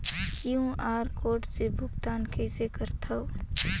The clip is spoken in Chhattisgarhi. क्यू.आर कोड से भुगतान कइसे करथव?